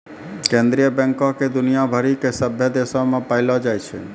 केन्द्रीय बैंको के दुनिया भरि के सभ्भे देशो मे पायलो जाय छै